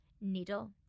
Needle